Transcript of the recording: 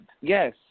Yes